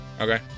Okay